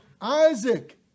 Isaac